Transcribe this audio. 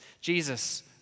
Jesus